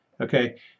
okay